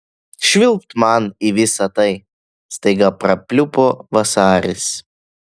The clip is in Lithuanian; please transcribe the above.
švilpt man į visa tai staiga prapliupo vasaris